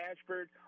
Ashford